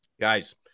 guys